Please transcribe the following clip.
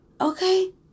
Okay